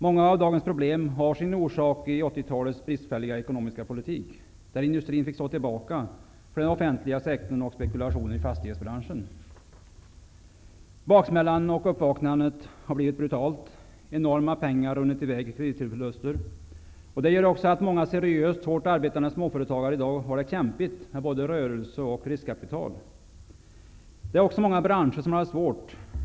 Många av dagens problem har sin orsak i 1980-talets bristfälliga ekonomiska politik, där industirn fick stå tillbaka för den offentliga sektorn och spekulationer i fastighetsbranschen. Baksmällan och uppvaknandet har blivit brutalt. Enorma summor pengar har runnit i väg i kreditförluster. Det gör också att många seriöst och hårt arbetande småföretagare i dag har det kämpigt med både rörelse och riskkapital. Det är också många branscher som har det svårt.